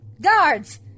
Guards